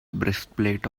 breastplate